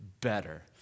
better